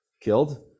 killed